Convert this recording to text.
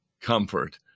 comfort